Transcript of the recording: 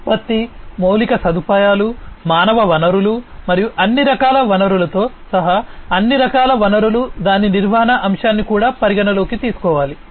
ఉత్పత్తి మౌలిక సదుపాయాలు మానవ వనరులు మరియు అన్ని రకాల వనరులతో సహా అన్ని రకాల వనరులు దాని నిర్వహణ అంశాన్ని కూడా పరిగణనలోకి తీసుకోవాలి